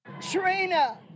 Trina